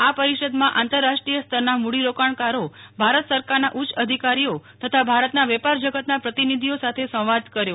આ પરિષદમાં આંતરરાષ્ટ્રીય સ્તરના મૂડીરોકાણકારો ભારત સરકારના ઉચ્ચ અધિકારીઓ તથા ભારતના વેપાર જગતના પ્રતિનિધિઓ સાથે સંવાદ કર્યો